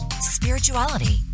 spirituality